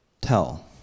tell